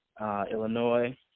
Illinois